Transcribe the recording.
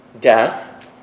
Death